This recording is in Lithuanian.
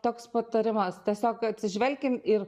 toks patarimas tiesiog atsižvelkim ir